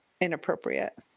inappropriate